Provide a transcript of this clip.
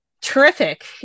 terrific